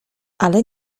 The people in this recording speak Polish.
ale